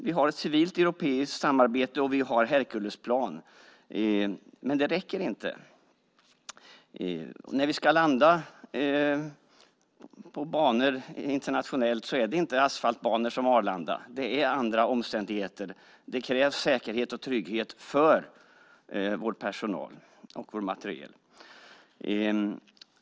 Vi har ett civilt europeiskt samarbete och Herculesplan, men det räcker inte. När vi ska landa på banor internationellt är det inte asfaltbanor som på Arlanda; det är andra omständigheter. Det krävs säkerhet och trygghet för personal och materiel.